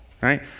right